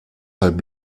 halb